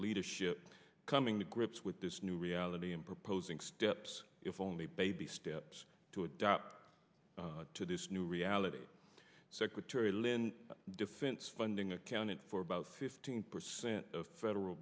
leadership coming to grips with this new reality and proposing steps if only baby steps to adapt to this new reality secretary lin defense funding accounted for about fifteen percent of federal